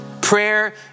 Prayer